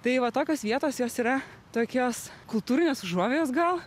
tai va tokios vietos jos yra tokios kultūrinės užuovėjos gal